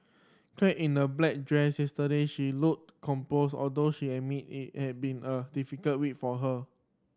clad in a black dress yesterday she looked composed although she admitted it had been a difficult week for her